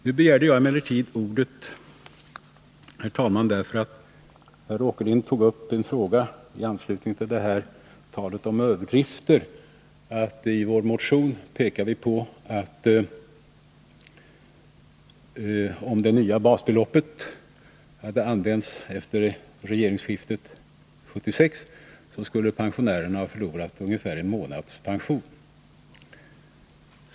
Nu begärde jag emellertid ordet, herr talman, därför att herr Åkerlind i anslutning till talet om överdrifter tog upp att vi i vår motion pekar på att om det nya basbeloppet hade använts efter regeringsskiftet 1976, så skulle pensionärerna ha förlorat ungefär en månads pension.